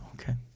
Okay